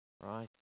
Right